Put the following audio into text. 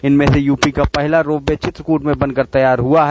इनमें से यूपी का पहला रोपवे चित्रकूट में बनकर तैयार हुआ है